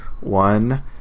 one